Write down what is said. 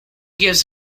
gives